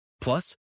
Plus